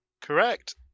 Correct